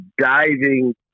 diving